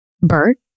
Bert